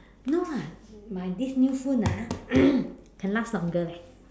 no lah my this new phone ah can last longer leh